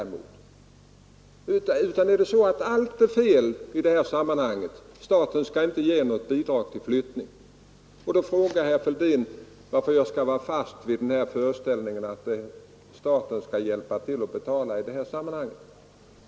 Eller är det så att allt är fel i detta sammanhang och att staten inte alls skall ge bidrag till flyttningen? Herr Fälldin frågar varför jag skall vara fast i uppfattningen att staten skall hjälpa till att betala i detta sammanhang?